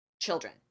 children